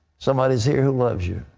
somebody is here who loves you.